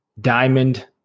diamond